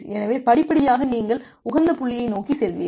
எனவே படிப்படியாக நீங்கள் உகந்த புள்ளியை நோக்கி செல்வீர்கள்